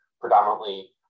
predominantly